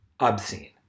obscene